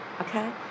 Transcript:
okay